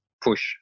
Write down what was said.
push